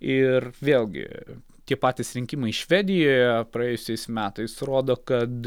ir vėlgi tie patys rinkimai švedijoje praėjusiais metais rodo kad